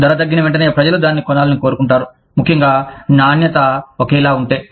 ధర తగ్గిన వెంటనే ప్రజలు దానిని కొనాలని కోరుకుంటారు ముఖ్యంగా నాణ్యత ఒకేలా ఉంటే